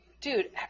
Dude